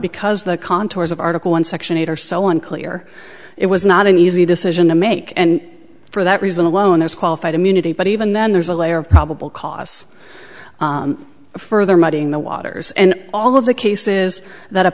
because the contours of article one section eight are so unclear it was not an easy decision to make and for that reason alone there's qualified immunity but even then there's a layer of probable cause further muddying the waters and all of the cases that